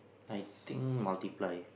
I think multiply